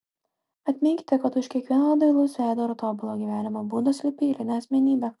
atminkite kad už kiekvieno dailaus veido ar tobulo gyvenimo būdo slypi eilinė asmenybė